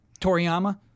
Toriyama